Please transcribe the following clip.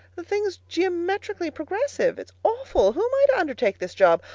the thing's geometrically progressive. it's awful. who am i to undertake this job?